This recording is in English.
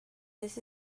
this